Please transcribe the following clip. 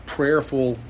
prayerful